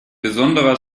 besonderer